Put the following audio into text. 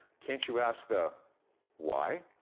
can't you ask the why?